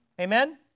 Amen